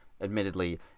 admittedly